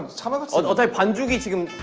so but and j-hope and v team!